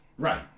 Right